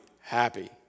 happy